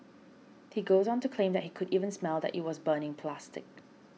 he goes on to claim that he could even smell that it was burning plastic